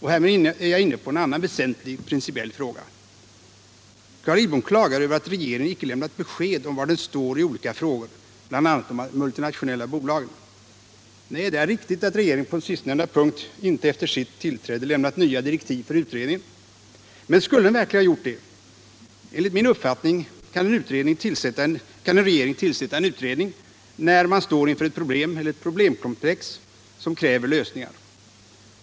Härmed är jag inne på en annan väsentlig principiell fråga. Carl Lidbom klagar över att regeringen icke lämnat besked om var den står i olika frågor, bl.a. om de multinationella bolagen. Nej, det är riktigt att regeringen på sistnämnda punkt inte efter sitt tillträde lämnat nya direktiv till utredningen. Men skulle den verkligen ha gjort det? Enligt min uppfattning kan en regering tillsätta en utredning när man står inför ett problem eller ett problemkomplex som kräver lösningar.